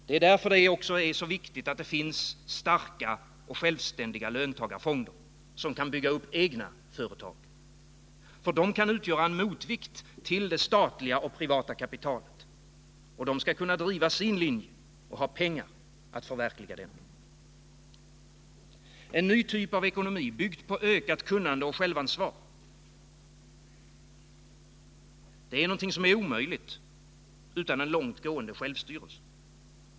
Det är därför det också är så viktigt att det finns starka och självständiga löntagarfonder som kan bygga upp egna företag, De kan utgöra en motvikt till det statliga och privata kapitalet. De skall kunna driva sin linje och ha pengar att förverkliga den. En ny typ av ekonomi, byggd på ökat kunnande och självansvar, är någonting som är omöjligt utan en långt gående självstyrelse.